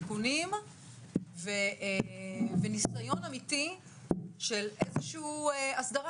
תיקונים וניסיון אמיתי של איזושהי הסדרה